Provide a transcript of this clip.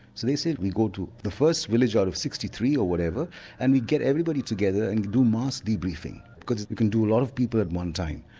so they said we go to the first village out of sixty three or whatever and we get everyone together and do mass debriefing because we can do a lot of people at one time.